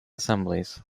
assemblies